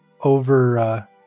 over